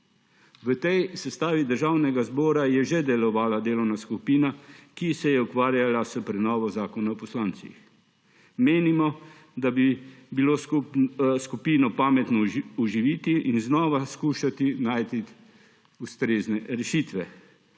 V tej sestavi Državnega zbora je že delovala delovna skupina, ki se je ukvarjala s prenovo Zakona o poslancih. Menimo, da bi bilo skupino pametno oživiti in znova skušati najti ustrezne rešitve.